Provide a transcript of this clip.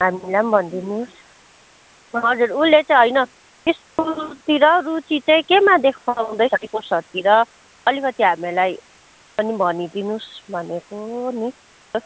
हामीलाई पनि भनिदिनुहोस् हजुर उसले चाहिँ होइन स्कुलतिर रूचि चाहिँ केमा देखाउँदैछ स्पोर्ट्सहरूतिर अलिकति हामीलाई पनि भनिदिनुहोस् भनेको नि